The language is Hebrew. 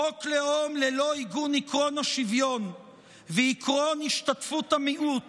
חוק לאום ללא עיגון עקרון השוויון ועקרון השתתפות המיעוט